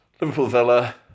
Liverpool-Villa